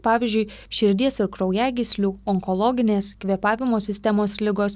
pavyzdžiui širdies ir kraujagyslių onkologinės kvėpavimo sistemos ligos